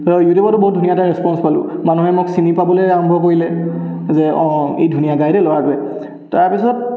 ইউটিউবতো বহুত ধুনীয়া এটা ৰেছপন্ছ পালোঁ মানুহে মোক চিনি পাবলৈ আৰম্ভ কৰিলে যে অঁ ই ধুনীয়া গাই দেই ল'ৰাটোৱে তাৰপিছত